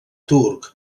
turc